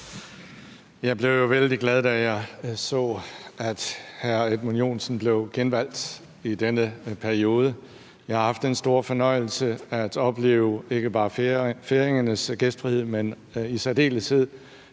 Jeg blev jo vældig glad, da jeg så, at hr. Edmund Joensen blev genvalgt i denne periode. Jeg har haft den store fornøjelse at opleve ikke bare færingernes gæstfrihed, men i særdeleshed